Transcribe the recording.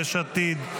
יש עתיד,